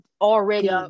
already